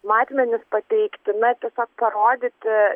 matmenis pateikti na tiesiog parodyti